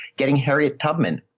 getting harriet tubman?